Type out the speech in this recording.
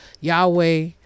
Yahweh